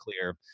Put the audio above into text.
clear